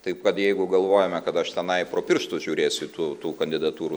taip kad jeigu galvojame kad aš tenai pro pirštus žiūrėsiu į tų tų kandidatūrų